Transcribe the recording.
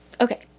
okay